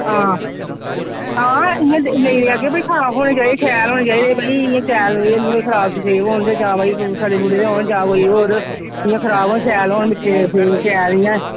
हां हां इ'यां ते लेई लैगे पर साफ होने चाहिदे शैल होने चाहदे बेई शैल सेब होन खराब सेब होन जां बई सड़े सुड़े दे होन जां कोई होर इ'यां खराब होन शैल होन मिट्ठे सेब शैल इ'यां